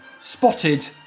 spotted